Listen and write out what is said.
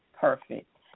Perfect